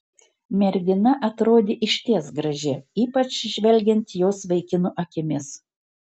mergina atrodė išties graži ypač žvelgiant jos vaikino akimis